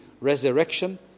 resurrection